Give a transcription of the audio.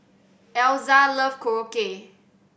Elza love Korokke